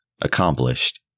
accomplished